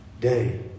day